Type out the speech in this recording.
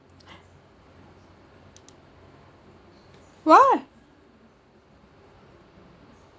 why